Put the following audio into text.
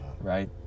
right